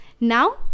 Now